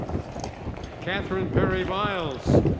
catherine perry viles.